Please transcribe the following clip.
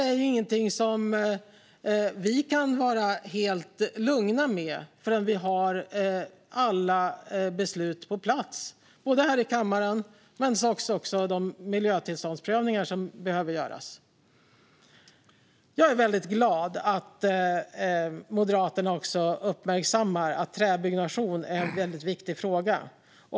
Detta är ingenting vi kan vara helt lugna med förrän vi har alla beslut på plats, både här i kammaren och när det gäller de miljötillståndsprövningar som behöver göras. Jag är väldigt glad att Moderaterna också uppmärksammar att träbyggnation är en väldigt viktig fråga.